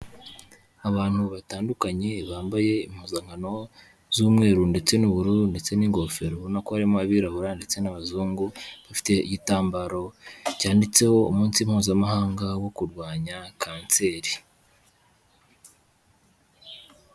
Abantu batandukanye bambaye impuzankano z'umweru ndetse n'ubururu ndetse n'ingofero, ubona ko harimo abirabura ndetse n'abazungu, bafite igitambaro cyanitseho umunsi mpuzamahanga wo kurwanya kanseri.